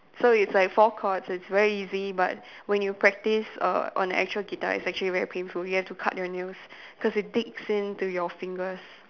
so it's like four chords it's very easy but when you practice err on actual guitar it's actually very painful you have to cut your nails cause it digs into your fingers